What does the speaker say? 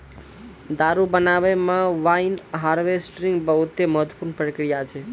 दारु बनाबै मे वाइन हार्वेस्टिंग बहुते महत्वपूर्ण प्रक्रिया छै